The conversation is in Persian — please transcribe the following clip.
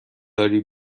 داری